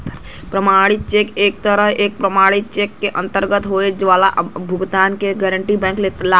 प्रमाणित चेक एक तरह क प्रमाणित चेक के अंतर्गत होये वाला भुगतान क गारंटी बैंक लेला